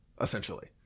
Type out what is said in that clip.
essentially